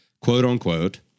quote-unquote